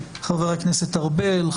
חבר הכנסת ארבל,